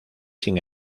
sin